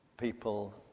people